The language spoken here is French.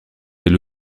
elle